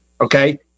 okay